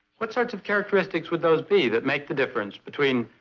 what sorts of characteristics would those be that make the difference between,